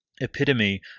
epitome